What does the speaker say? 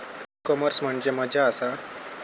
E commerce म्हणजे मझ्या आसा?